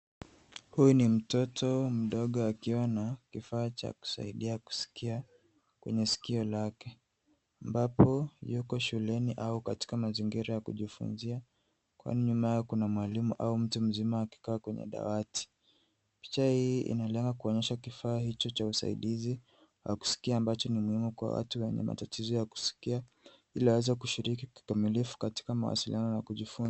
Huyu ni mtoto mdogo akiwa na kifaa cha kusaidia kusikia kwenye sikio lake, ambapo yuko shuleni au katika mazingira ya kujifunzia, kwani nyumaye kuna mwalimu au mtu mzima akikaa kwenye dawati. Picha hii inalenga kuonyesha kifaa hicho cha usaidizi wa kusikia ambacho ni muhimu kwa watu wenye matatizo ya kusikia, ili aweze kushiriki kikamilifu katika mawasiliano na kujifunza.